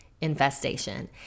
infestation